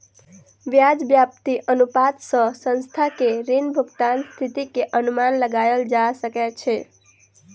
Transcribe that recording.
ब्याज व्याप्ति अनुपात सॅ संस्थान के ऋण भुगतानक स्थिति के अनुमान लगायल जा सकै छै